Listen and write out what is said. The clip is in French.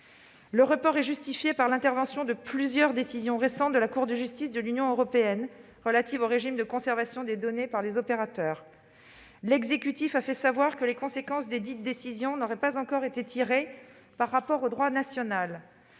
Le report est justifié par plusieurs décisions récentes de la Cour de justice de l'Union européenne relatives au régime de conservation des données par les opérateurs. L'exécutif a fait savoir que les conséquences de ces décisions n'auraient pas encore été tirées dans le droit national.